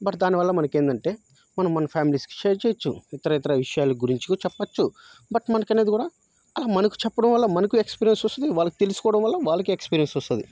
but దానివల్ల మనకేందంటే మనం మన ఫ్యామిలీస్కి షేర్ చేయొచ్చు ఇతర ఇతర విషయాలు గురించి కూడా చెప్పొచ్చు బట్ మనకనేది కూడా అలా మనకు చెప్పడం వల్ల మనకు ఎక్స్పీరియన్స్ వస్తది వాళ్ళకి తెలుసుకోవడం వల్ల వాళ్ళకి ఎక్స్పీరియన్స్ వస్తది